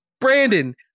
Brandon